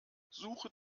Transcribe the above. suche